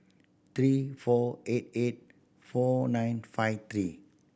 three four eight eight four nine five three